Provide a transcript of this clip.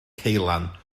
ceulan